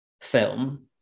film